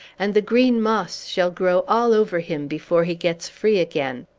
and the green moss shall grow all over him, before he gets free again!